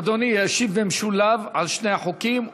אדוני ישיב במשולב על שני החוקים.